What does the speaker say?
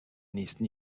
nächsten